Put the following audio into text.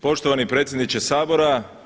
Poštovani predsjedniče Sabora.